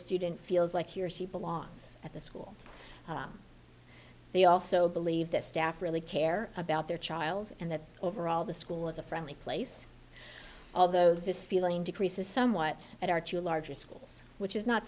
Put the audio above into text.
student feels like he or she belongs at the school they also believe that staff really care about their child and that overall the school is a friendly place although this feeling decreases somewhat at our to larger schools which is not